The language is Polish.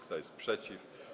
Kto jest przeciw?